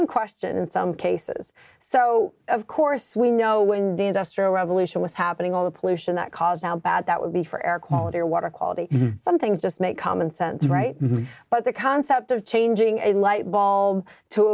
in question in some cases so of course we know when the industrial revolution was happening all the pollution that caused how bad that would be for air quality or water quality some things just make common sense right but the concept of changing a light wall to